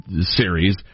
series